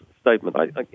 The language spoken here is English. statement